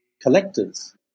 collectors